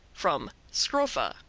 from scrofa,